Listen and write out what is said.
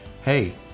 Hey